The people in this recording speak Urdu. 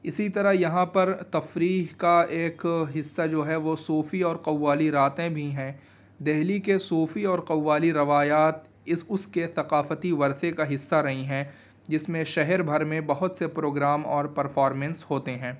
اسی طرح یہاں پر تفریح کا ایک حصہ جو ہے وہ صوفی اور قوالی راتیں بھی ہیں دلی کے صوفی اور قوالی روایات اس اس کے ثقافتی ورثے کا حصہ رہی ہیں جس میں شہر بھر میں بہت سے پروگرام اور پرفارمینس ہوتے ہیں